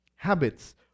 Habits